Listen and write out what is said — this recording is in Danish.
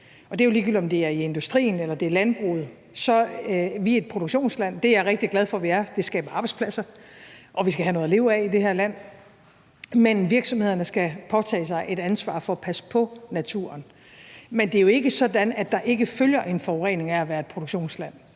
Det er jo ligegyldigt, om det er i industrien, eller det er i landbruget. Vi er et produktionsland. Det er jeg rigtig glad for vi er. Det skaber arbejdspladser, og vi skal have noget at leve af i det her land. Men virksomhederne skal påtage sig et ansvar for at passe på naturen. Men det er jo ikke sådan, at der ikke følger en forurening af at være et produktionsland.